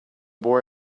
boy